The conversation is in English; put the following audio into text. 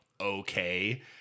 okay